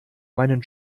meinen